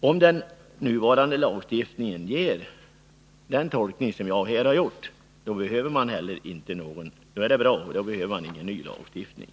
Om den nuvarande lagstiftningen tillåter min tolkning, är det bra, eftersom det då inte behövs någon ny lagstiftning.